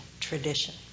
tradition